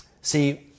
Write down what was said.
See